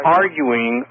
arguing